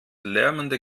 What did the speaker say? lärmende